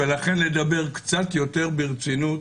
ולכן לדבר קצת יותר ברצינות